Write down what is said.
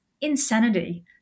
insanity